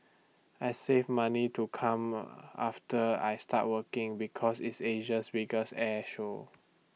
I saved money to come after I started working because it's Asia's biggest air show